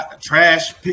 trash